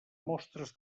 mostres